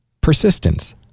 Persistence